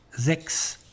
sechs